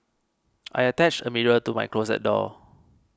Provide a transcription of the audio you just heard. I attached a mirror to my closet door